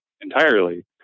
entirely